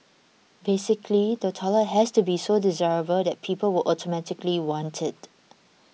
basically the toilet has to be so desirable that people would automatically want it